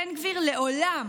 בן גביר לעולם,